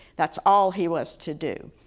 that's all he was to do.